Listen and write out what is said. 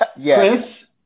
Yes